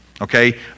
Okay